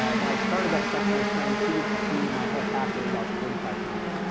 when i started that section, i was carrying two weeks of food. my whole pack weighed about forty five pounds.